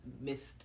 missed